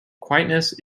quietness